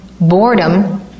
boredom